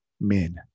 men